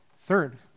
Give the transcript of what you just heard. Third